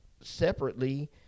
separately